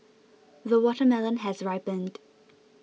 the watermelon has ripened